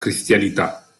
cristianità